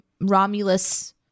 romulus